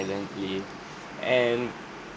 and